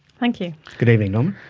thank you. good evening norman.